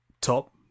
top